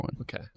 Okay